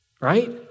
Right